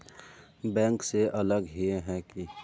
Bank से अलग हिये है की?